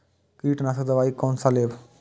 कीट नाशक दवाई कोन सा लेब?